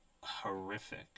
horrific